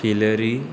किलरी